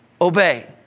obey